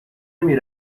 نمی